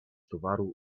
towaru